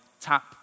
tap